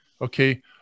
Okay